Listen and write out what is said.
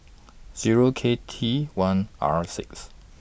Zero K T one R six